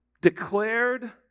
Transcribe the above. declared